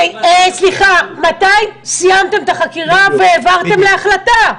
סליחה, מתי סיימתם את החקירה והעברתם להחלטה?